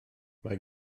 mae